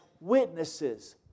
witnesses